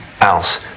else